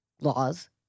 laws